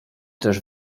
też